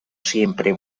siempre